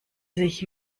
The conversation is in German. sich